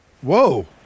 Whoa